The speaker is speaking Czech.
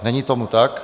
Není tomu tak.